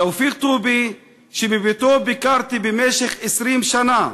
תופיק טובי, שבביתו ביקרתי במשך 20 שנה,